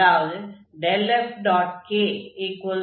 அதாவது ∇f